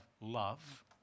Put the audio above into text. love